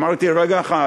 אמרתי: רגע אחד,